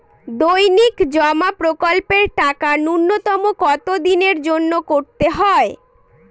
দৈনিক জমা প্রকল্পের টাকা নূন্যতম কত দিনের জন্য করতে হয়?